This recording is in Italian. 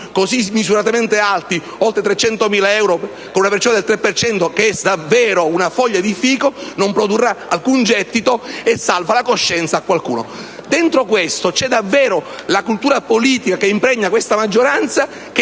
così smisuratamente alti - oltre i 300.000 euro - con una pressione del 3 per cento, che è davvero una foglia di fico e che non produrrà alcun gettito se non salvare la coscienza a qualcuno. In ciò c'è davvero la cultura politica che impregna questa maggioranza,